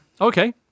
Okay